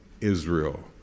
Israel